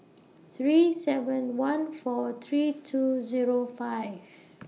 three seven one four three two Zero five